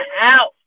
out